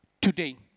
today